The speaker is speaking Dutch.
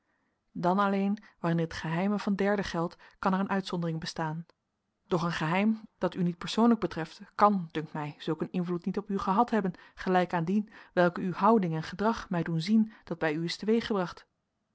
dan alleen wanneer het geheimen van derden geldt kan er een uitzondering bestaan doch een geheim dat u niet persoonlijk betreft kan dunkt mij zulk een invloed niet op u gehad hebben gelijk aan dien welken uw houding en gedrag mij doen zien dat bij u is teweeggebracht